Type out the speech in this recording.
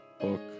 book